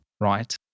Right